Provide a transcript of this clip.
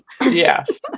yes